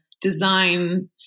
design